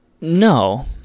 No